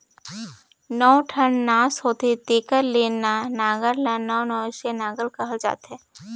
नौ ठन नास होथे तेकर ले ए नांगर ल नवनसिया नागर कहल जाथे